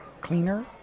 cleaner